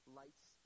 lights